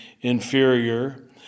inferior